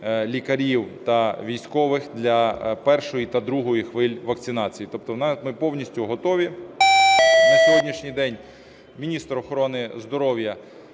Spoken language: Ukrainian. лікарів та військових для першої та другої хвиль вакцинації. Тобто ми повністю готові, на сьогоднішній день міністр охорони здоров'я